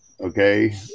Okay